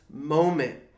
moment